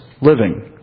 living